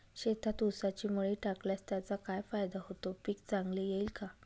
शेतात ऊसाची मळी टाकल्यास त्याचा काय फायदा होतो, पीक चांगले येईल का?